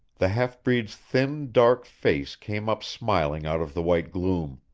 the half-breed's thin dark face came up smiling out of the white gloom.